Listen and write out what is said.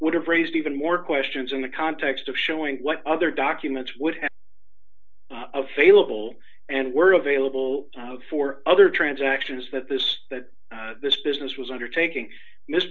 would have raised even more questions in the context of showing what other documents would have of a little and were available for other transactions that this that this business was undertaking